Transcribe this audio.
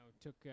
took